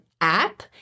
app